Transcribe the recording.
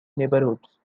neighbourhoods